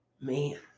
man